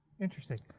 Interesting